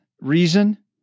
reason